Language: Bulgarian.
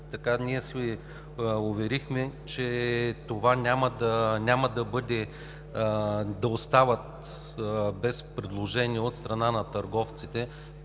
Така ние се уверихме, че няма да остават без предложение от страна на търговците.